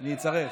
נתקבלה.